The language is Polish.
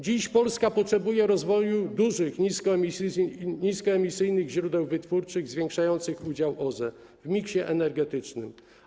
Dziś Polska potrzebuje rozwoju dużych niskoemisyjnych źródeł wytwórczych zwiększających udział OZE w miksie energetycznym.